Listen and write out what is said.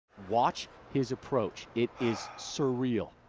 watch his approach, it is surreal.